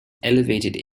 elevated